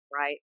right